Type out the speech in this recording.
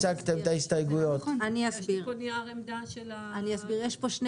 יש כאן שני